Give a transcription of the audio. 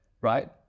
right